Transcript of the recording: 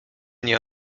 nie